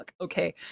Okay